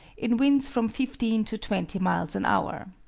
in winds from fifteen to twenty miles an hour.